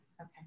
Okay